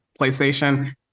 PlayStation